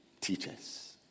teachers